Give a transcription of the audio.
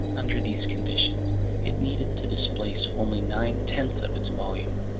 under these conditions it needed to displace only nine-tenths of its volume,